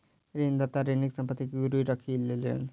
ऋणदाता ऋणीक संपत्ति के गीरवी राखी लेलैन